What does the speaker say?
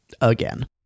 Again